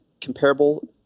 comparable